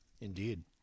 Indeed